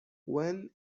when